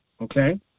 okay